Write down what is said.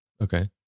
Okay